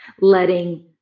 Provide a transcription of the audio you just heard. letting